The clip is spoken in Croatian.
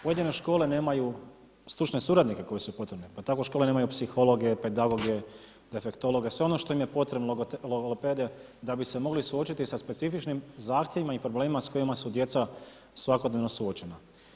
Pojedine škole nemaju stručne suradnike koji su potrebni, pa tako škole nemaju psihologe, pedagoge, defektologe, sve ono što im je potrebno, logopede, da bi se mogli suočiti sa specifičnim zahtjevima i problemima s kojima su djeca svakodnevno suočena.